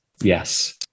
yes